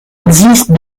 existe